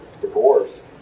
divorce